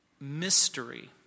mystery